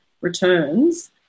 returns